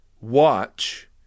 watch